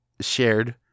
shared